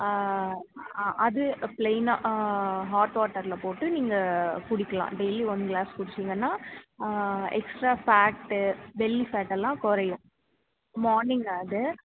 அது ப்ளைனாக ஹாட் வாட்டரில் போட்டு நீங்கள் குடிக்கலாம் டெய்லி ஒன் கிளாஸ் குடிச்சிங்கன்னால் எக்ஸ்ட்ரா ஃபேட்டு பெல்லி ஃபேட்டு எல்லாம் குறையும் மார்னிங் அது